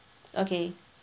okay